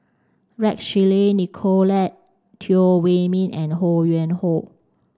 Rex Shelley Nicolette Teo Wei min and Ho Yuen Hoe